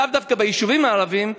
ולאו דווקא ביישובים הערביים,